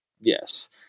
Yes